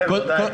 תן לו, די.